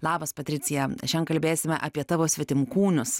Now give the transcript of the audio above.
labas patricija šiandien kalbėsime apie tavo svetimkūnius